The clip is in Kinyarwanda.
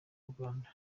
uganda